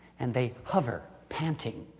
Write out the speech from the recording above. and they hover, panting.